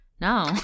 No